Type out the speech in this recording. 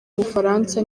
bufaransa